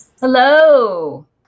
Hello